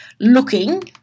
looking